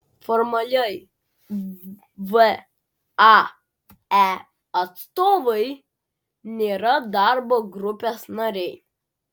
formaliai vae atstovai nėra darbo grupės nariai